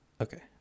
Okay